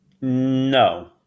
No